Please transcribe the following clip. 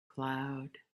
cloud